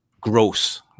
Gross